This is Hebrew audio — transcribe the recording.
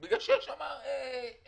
כי יש שם גמישות.